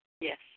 Yes